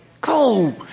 Go